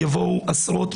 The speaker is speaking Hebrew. יבואו עשרות,